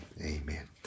Amen